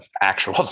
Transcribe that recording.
actual